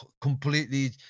completely